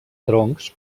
troncs